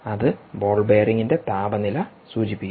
അത് ബാൾ ബെയറിംഗിന്റെ താപനില സൂചിപ്പിക്കുന്നു